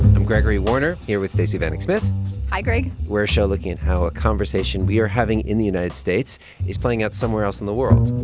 i'm gregory warner, here with stacey vanek smith hi, greg we're a show looking at how a conversation we are having in the united states is playing out somewhere else in the world.